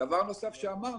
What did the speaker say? דבר נוסף שאמרנו,